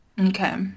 Okay